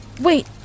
Wait